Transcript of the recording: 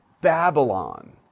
Babylon